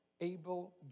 Abel